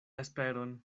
esperon